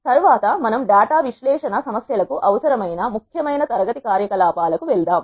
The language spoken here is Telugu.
తరువాత మనము డేటా విశ్లేషణ సమస్యలకు అవసరమైన ముఖ్యమైన తరగతి కార్యకలాపాలకు వెళ్దాం